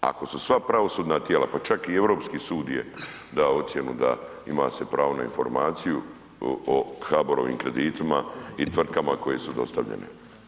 Ako su sva pravosudna tijela, pa čak i europski sud je dao ocjenu da ima se pravo na informaciju o HBOR-ovim kreditima i tvrtkama koje su dostavljene.